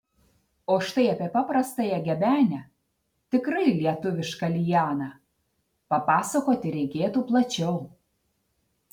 o štai apie paprastąją gebenę tikrai lietuvišką lianą papasakoti reikėtų plačiau